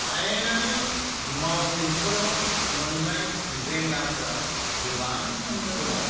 आयेनारि मावमिनफोराव मोननाय जेंनाफोरा गोबाङैनो दङ